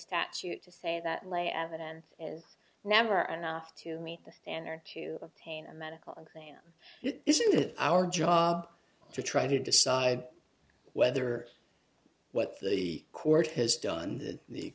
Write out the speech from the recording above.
statute to say that lay evidence is never enough to meet the standard to obtain a medical exam this is our job to try to decide whether what the court has done th